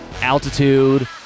altitude